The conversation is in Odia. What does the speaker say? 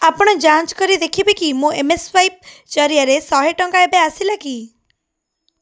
ଆପଣ ଯାଞ୍ଚ କରି ଦେଖିବେ କି ମୋ ଏମ୍ ସ୍ୱାଇପ୍ ଜରିଆରେ ଶହେ ଟଙ୍କା ଏବେ ଆସିଲା କି